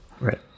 Right